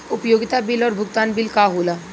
उपयोगिता बिल और भुगतान बिल का होला?